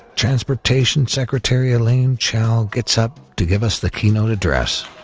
transportation secretary elaine chao gets up to give us the keynote address.